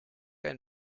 ein